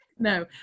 No